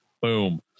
boom